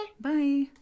Bye